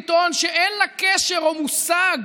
לטעון שאין לה קשר או מושג